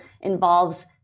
involves